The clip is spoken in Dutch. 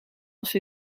als